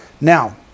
Now